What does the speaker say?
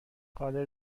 قادر